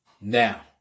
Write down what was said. Now